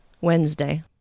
Wednesday